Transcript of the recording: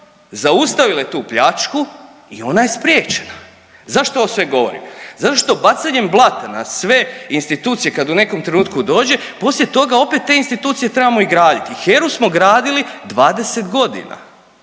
zaustavile tu pljačku i ona je spriječena. Zašto ovo sve govorim? Zato što bacanjem blata na sve institucije kad u nekom trenutku dođe, poslije toga opet te institucije trebamo i graditi. HERA-u smo gradili 20 godina.